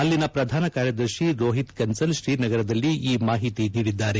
ಅಲ್ಲಿಯ ಪ್ರಧಾನಕಾರ್ಯದರ್ಶಿ ರೋಹಿತ್ ಕನ್ಸಲ್ ಶ್ರೀನಗರದಲ್ಲಿ ಈ ಮಾಹಿತಿ ನೀಡಿದ್ದಾರೆ